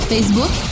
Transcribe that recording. Facebook